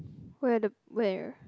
where the where